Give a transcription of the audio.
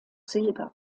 silber